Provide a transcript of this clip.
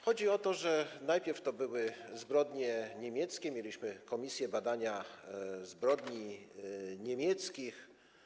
Chodzi o to, że najpierw to były zbrodnie niemieckie, mieliśmy komisję do spraw badania zbrodni niemieckich.